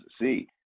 see